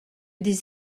des